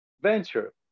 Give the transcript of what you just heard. venture